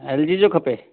LG जो खपे